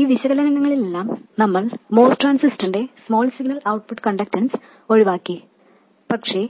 ഈ വിശകലനങ്ങളിലെല്ലാം നമ്മൾ MOS ട്രാൻസിസ്റ്ററിന്റെ സ്മോൾ സിഗ്നൽ ഔട്ട്പുട്ട് കണ്ടക്ടൻസ് ഒഴിവാക്കി പക്ഷേ